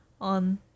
on